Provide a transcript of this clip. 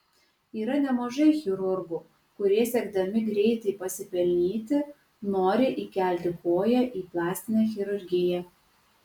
yra nemažai chirurgų kurie siekdami greitai pasipelnyti nori įkelti koją į plastinę chirurgiją